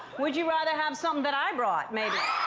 would you rather have something that i brought, maybe?